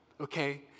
Okay